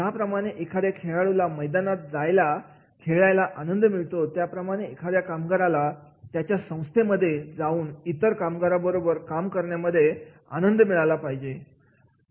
ज्याप्रमाणे एखाद्या खेळाडूला मैदानावर जाऊन खेळण्यांमध्ये आनंद मिळतो त्याप्रमाणेच एखाद्या कामगाराला त्याच्या संस्थेमध्ये जाऊन इतर कामगारांबरोबर काम करण्यामध्ये आनंद मिळाला पाहिजे